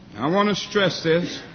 i want to stress this.